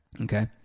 Okay